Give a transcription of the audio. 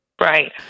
Right